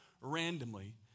randomly